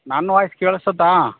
ನನ್ನ ವಾಯ್ಸ್ ಕೇಳಿಸುತ್ತಾ